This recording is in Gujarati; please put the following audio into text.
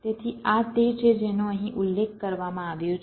તેથી આ તે છે જેનો અહીં ઉલ્લેખ કરવામાં આવ્યો છે